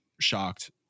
shocked